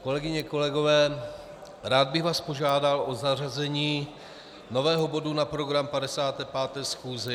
Kolegyně, kolegové, rád bych vás požádal o zařazení nového bodu na program 55. schůze.